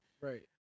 Right